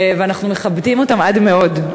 ואנחנו מכבדים אותם עד מאוד,